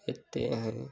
लेते हैं